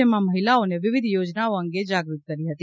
જેમાં મહિલાઓને વિવિધ યોજનાઓ અંગે જાગૃત કરી હતી